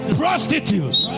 prostitutes